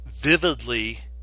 vividly